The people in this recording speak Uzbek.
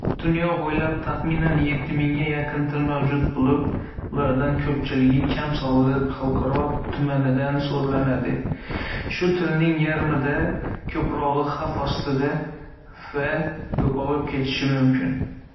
Dunyo bo‘ylab taxminan yetti ming ga yaqin til mavjud bo‘lib, ulardan ko‘pchiligi kam sonli xalqlar tomonidan so‘zlanadi. Shu tilning yarmidan ko‘prog‘i xavf ostida va yo‘qolib ketishi mumkin.